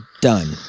Done